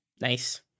Nice